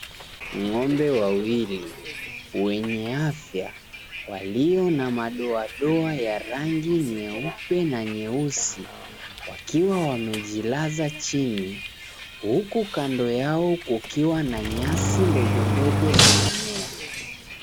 Ng'ombe wawili wenye afya walio na madoadoa ya rangi nyeupe na nyeusi, wakiwa wamejilaza chini huku kando yao kukiwa na nyasi ndogo ndogo zinamea.